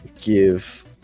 give